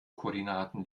koordinaten